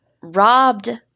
robbed